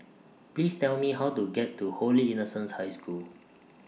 Please Tell Me How to get to Holy Innocents' High School